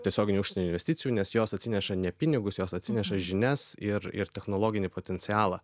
tiesioginių užsienio investicijų nes jos atsineša ne pinigus jos atsineša žinias ir ir technologinį potencialą